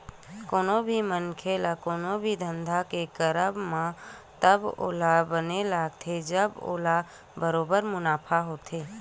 कोनो भी मनखे ल कोनो भी धंधा के करब म तब ओला बने लगथे जब ओला बरोबर मुनाफा होथे